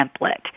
template